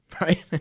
right